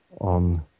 on